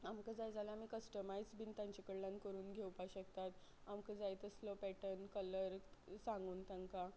आमकां जाय जाल्यार आमी कस्टमायज बीन तांचे कडल्यान करून घेवपा शकतात आमकां जाय तसलो पॅटर्न कलर सांगून तांकां